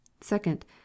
second